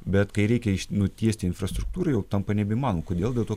bet kai reikia nutiesti infrastruktūrą jau tampa nebe mano kodėl dėl to